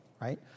right